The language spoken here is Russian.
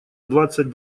двадцать